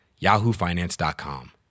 yahoofinance.com